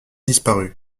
disparut